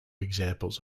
examples